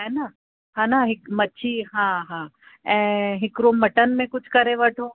है न हेन मच्छी हा हा ऐं हिकिड़ो मटन में कुझु करे वठो